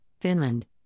Finland